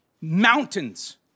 mountains